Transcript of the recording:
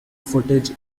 footage